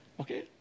Okay